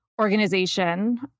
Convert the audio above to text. organization